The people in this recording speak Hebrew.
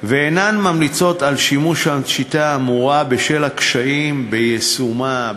ואינן ממליצות על שימוש בשיטה האמורה בשל הקשיים ביישומה,